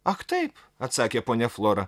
ak taip atsakė ponia flora